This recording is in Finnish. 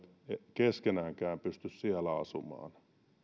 keskenäänkään pysty siellä asumaan